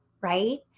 Right